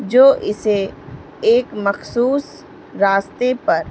جو اسے ایک مخصوص راستے پر